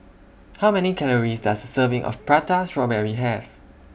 How Many Calories Does A Serving of Prata Strawberry Have